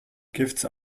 gifts